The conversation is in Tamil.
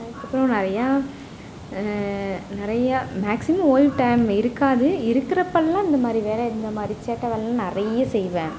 அதுக்கப்புறம் நிறையா நிறையா மேக்ஸிமம் ஓய்வு டயம் இருக்காது இருக்கிறப்பெல்லாம் இந்தமாதிரி வேலை இந்தமாதிரி சேட்டை வேலைல்லாம் நிறையா செய்வேன்